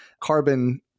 carbon